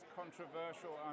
controversial